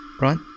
Right